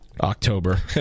October